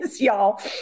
y'all